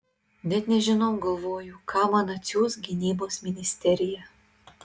net nežinau galvoju ką man atsiųs gynybos ministerija